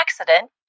accident